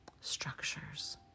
structures